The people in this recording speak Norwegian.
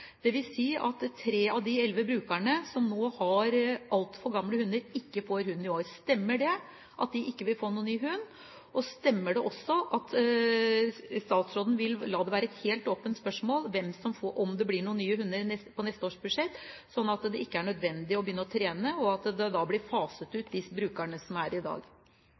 at tre av de elleve brukerne som nå har altfor gamle hunder, ikke får hund i år. Stemmer det at de ikke vil få noen ny hund? Stemmer det også at statsråden vil la det være et helt åpent spørsmål om det blir midler til noen nye hunder på neste års budsjett, slik at det ikke er nødvendig å begynne å trene, og at de brukerne som er i dag, blir faset ut?